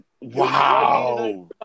Wow